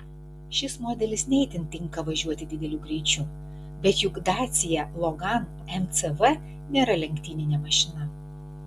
šis modelis ne itin tinka važiuoti dideliu greičiu bet juk dacia logan mcv nėra lenktyninė mašina